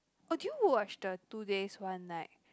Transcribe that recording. oh did you watch the two days one night